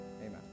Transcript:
Amen